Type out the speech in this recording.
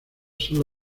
son